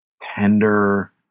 tender